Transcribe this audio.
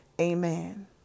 Amen